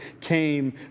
came